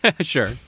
sure